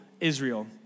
Israel